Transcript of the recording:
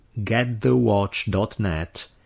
getthewatch.net